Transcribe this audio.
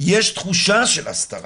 יש תחושה של הסתרה,